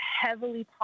heavily